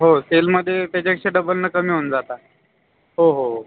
हो सेलमधे त्याच्यापेक्षा डबलनं कमी होऊन जातं हो हो हो